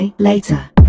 later